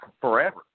forever